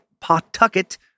Pawtucket